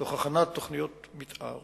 תוך הכנת תוכניות מיתאר